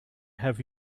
have